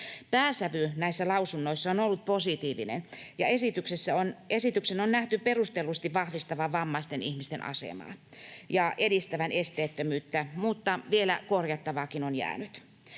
Pääsävy näissä lausunnoissa on ollut positiivinen, ja esityksen on nähty perustellusti vahvistavan vammaisten ihmisten asemaa ja edistävän esteettömyyttä, mutta vielä korjattavaakin on jäänyt.